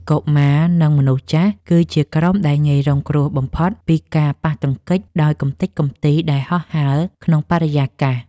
កុមារ និងមនុស្សចាស់ គឺជាក្រុមដែលងាយរងគ្រោះបំផុតពីការប៉ះទង្គិចដោយកម្ទេចកំទីដែលហោះហើរក្នុងបរិយាកាស។